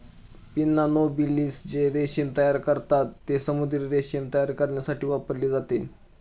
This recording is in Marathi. पिन्ना नोबिलिस जे रेशीम तयार करतात, ते समुद्री रेशीम तयार करण्यासाठी वापरले जाते